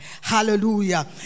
Hallelujah